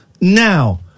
now